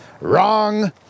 Wrong